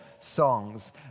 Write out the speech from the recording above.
songs